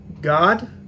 God